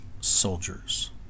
soldiers